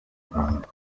rwanda